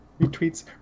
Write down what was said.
retweets